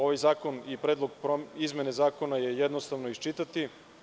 Ovaj zakon i izmene zakona je jednostavno iščitati.